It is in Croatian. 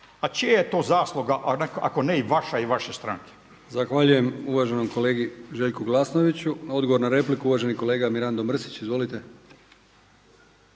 a čija je to zasluga ako ne i vaša i vaše stranke?